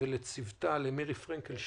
מירי פרנקל שור,